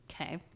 Okay